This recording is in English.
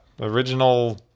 original